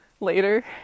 Later